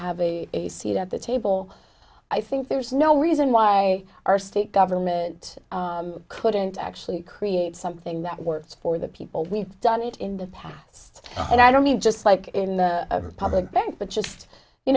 have a seat at the table i think there's no reason why our state government couldn't actually create something that works for the people we've done it in the past and i don't mean just like in the public bank but just you